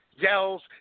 Yells